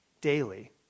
daily